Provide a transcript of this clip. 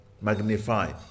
magnify